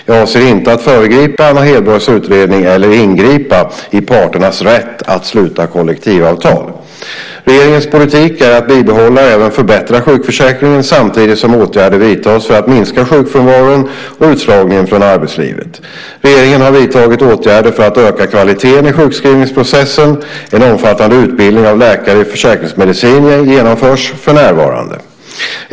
Jag avser inte att föregripa Anna Hedborgs utredning eller att ingripa i parternas rätt att sluta kollektivavtal. Regeringens politik är att bibehålla och även förbättra sjukförsäkringen samtidigt som åtgärder vidtas för att minska sjukfrånvaron och utslagningen från arbetslivet. Regeringen har vidtagit åtgärder för att öka kvaliteten i sjukskrivningsprocessen, och en omfattande utbildning av läkare i försäkringsmedicin genomförs för närvarande.